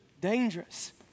dangerous